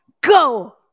go